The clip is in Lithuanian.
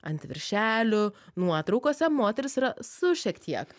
ant viršelių nuotraukose moterys yra su šiek tiek